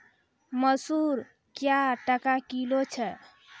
मसूर क्या टका किलो छ?